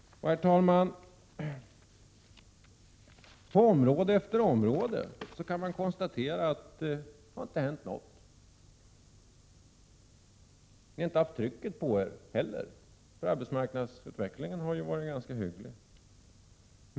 På område efter område kan man, herr talman, konstatera att det inte hänt någonting. Ni har inte haft trycket på er heller, för arbetsmarknadsutvecklingen har ju varit ganska hygglig.